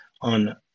on